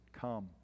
come